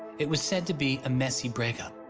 it was said to be a messy breakup.